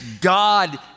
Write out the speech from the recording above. God